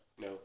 No